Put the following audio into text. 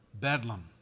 bedlam